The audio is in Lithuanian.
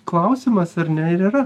klausimas ar ne ir yra